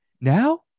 Now